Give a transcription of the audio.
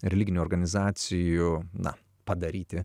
religinių organizacijų na padaryti